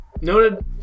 Noted